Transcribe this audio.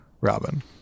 robin